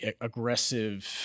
aggressive